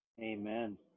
Amen